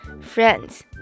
Friends